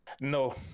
No